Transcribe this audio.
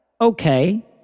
Okay